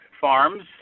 farms